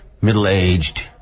middle-aged